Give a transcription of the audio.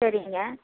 சரிங்க